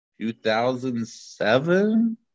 2007